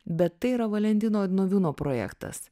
bet tai yra valentino odnoviūno projektas